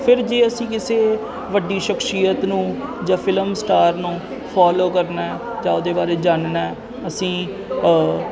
ਫਿਰ ਜੇ ਅਸੀਂ ਕਿਸੇ ਵੱਡੀ ਸ਼ਖਸ਼ੀਅਤ ਨੂੰ ਜਾਂ ਫਿਲਮ ਸਟਾਰ ਨੂੰ ਫੋਲੋ ਕਰਨਾ ਜਾਂ ਉਹਦੇ ਬਾਰੇ ਜਾਣਨਾ ਅਸੀਂ